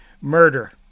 murder